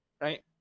right